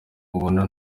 ubona